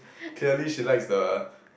clearly she likes the